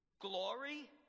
Glory